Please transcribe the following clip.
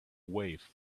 wave